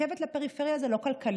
רכבת לפרפריה זה לא כלכלי.